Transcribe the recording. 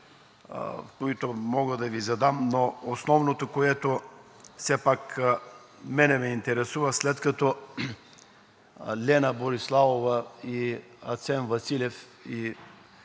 които мога да Ви задам, но основното, което все пак мен ме интересува: след като Лена Бориславова и Асен Василев